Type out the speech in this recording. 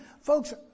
Folks